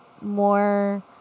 More